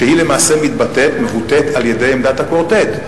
שהיא למעשה מבוטאת על-ידי עמדת הקוורטט,